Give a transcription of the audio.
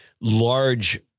Large